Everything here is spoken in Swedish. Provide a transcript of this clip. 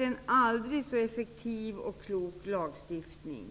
En aldrig så effektiv och klok lagstiftning,